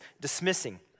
dismissing